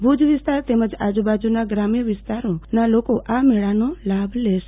ભુજ વિસ્તાર તેમજ આજુબાજુના ગ્રામ્ય વિસ્તારના લોકો આ મેળાન લાભ લેશે